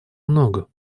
много